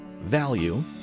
value